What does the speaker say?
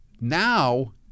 Now